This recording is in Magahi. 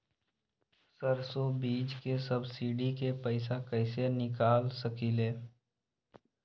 सरसों बीज के सब्सिडी के पैसा कईसे निकाल सकीले?